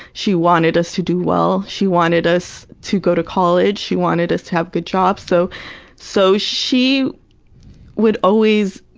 she wanted us to do well, she wanted us to go to college, she wanted us to have good jobs, so so she would always,